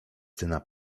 tyna